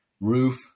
roof